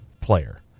player